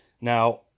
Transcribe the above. Now